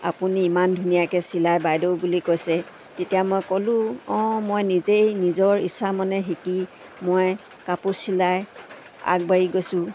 আপুনি ইমান ধুনীয়াকৈ চিলাই বাইদেউ বুলি কৈছে তেতিয়া মই ক'লোঁ অঁ মই নিজেই নিজৰ ইচ্ছা মনে শিকি মই কাপোৰ চিলাই আগবাঢ়ি গৈছোঁ